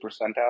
percentile